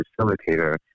facilitator